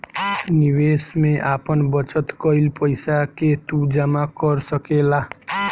निवेश में आपन बचत कईल पईसा के तू जमा कर सकेला